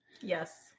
Yes